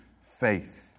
faith